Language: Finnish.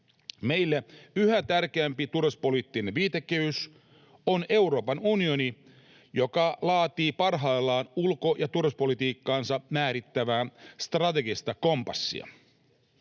Meille yhä tärkeämpi turvallisuuspoliittinen viitekehys on Euroopan unioni, joka laatii parhaillaan ulko- ja turvallisuuspolitiikkaansa määrittävää strategista kompassia.